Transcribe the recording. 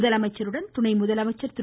முதலமைச்சருடன் துணை முதலமைச்சர் திரு